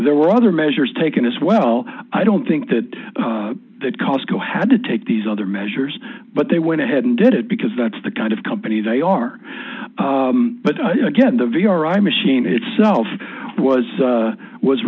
there were other measures taken as well i don't think that that costco had to take these other measures but they went ahead and did it because that's the kind of company they are but again the v r a machine itself was